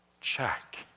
check